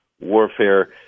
warfare